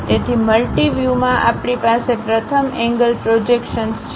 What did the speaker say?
તેથી મલ્ટિ વ્યૂમાં આપણી પાસે પ્રથમ એંગલ પ્રોજેક્શન્સ છે